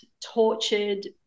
tortured